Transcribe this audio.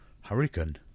Hurricane